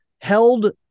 held